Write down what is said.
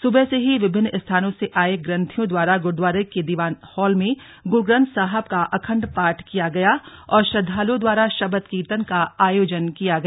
सुबह से ही विभिन्न स्थानों से आये ग्रन्थियों द्वारा गुरुद्वारा के दीवाने हाल में गुरुग्रन्थ साहब के अखण्ड पाठ किया गया और श्रद्धालुओं द्वारा शबद कीर्तन का आयोजन किया गया